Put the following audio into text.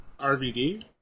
RVD